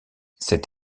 cet